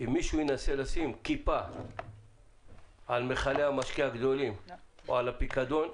אם מישהו ינסה לשים כיפה על מכלי המשקה הגדולים או על הפיקדון,